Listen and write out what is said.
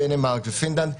דנמרק ופינלנד,